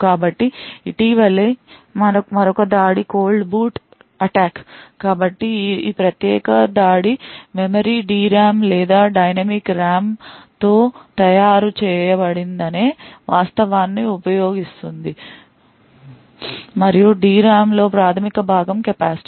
కాబట్టి ఇటీవలి మరొక దాడి కోల్డ్ బూట్ అటాక్ కాబట్టి ఈ ప్రత్యేక దాడి మెమరీ D RAM లేదా డైనమిక్ RAM తో తయారు చేయబడిందనే వాస్తవాన్ని ఉపయోగిస్తుంది మరియు D RAM లోని ప్రాథమిక భాగం కెపాసిటర్